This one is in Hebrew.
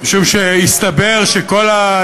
וודאי שזה לא היה מתוכנן,